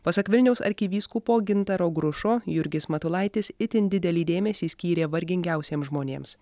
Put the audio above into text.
pasak vilniaus arkivyskupo gintaro grušo jurgis matulaitis itin didelį dėmesį skyrė vargingiausiems žmonėms